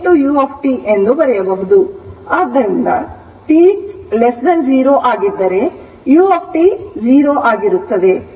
ಆದ್ದರಿಂದ t0 ಆಗಿದ್ದರೆ u 0 ಆಗಿರುತ್ತದೆ